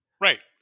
Right